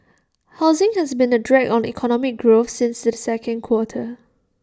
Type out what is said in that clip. housing has been A drag on economic growth since the second quarter